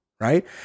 right